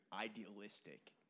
idealistic